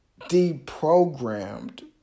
deprogrammed